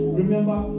remember